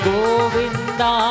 Govinda